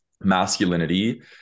masculinity